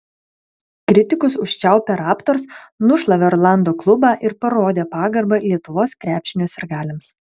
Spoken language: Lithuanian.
kritikus užčiaupę raptors nušlavė orlando klubą ir parodė pagarbą lietuvos krepšinio sirgaliams